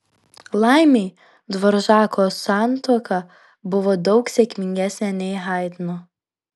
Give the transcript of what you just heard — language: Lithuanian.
laimei dvoržako santuoka buvo daug sėkmingesnė nei haidno